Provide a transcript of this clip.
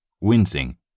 Wincing